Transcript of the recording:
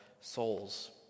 souls